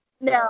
No